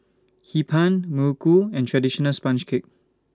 Hee Pan Muruku and Traditional Sponge Cake